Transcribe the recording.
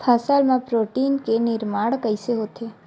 फसल मा प्रोटीन के निर्माण कइसे होथे?